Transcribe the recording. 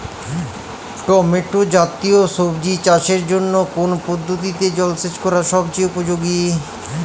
Tomato জাতীয় সবজি চাষের জন্য কোন পদ্ধতিতে জলসেচ করা সবচেয়ে উপযোগী?